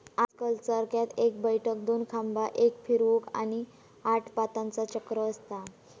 आजकल चरख्यात एक बैठक, दोन खांबा, एक फिरवूक, आणि आठ पातांचा चक्र असता